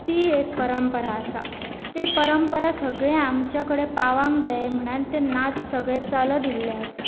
ती एक परंपरा आसा ती परंपरा सगळें आमच्या कडेन पावंक जाय म्हणन तें नाच सगळें चलत येल्लें आसा